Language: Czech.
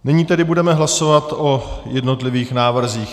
Nyní tedy budeme hlasovat o jednotlivých návrzích.